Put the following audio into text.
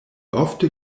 ofte